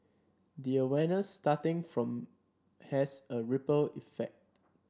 the awareness starting from has a ripple effect